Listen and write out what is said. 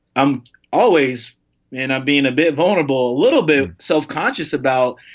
i'm always and i'm being a bit vulnerable, a little bit self-conscious about,